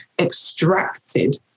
extracted